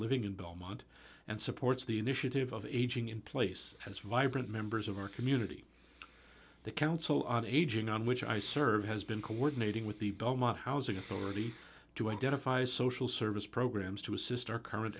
living in belmont and supports the initiative of aging in place as vibrant members of our community the council on aging on which i serve has been coordinating with the belmont housing authority to identify social service programs to assist our current